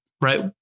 Right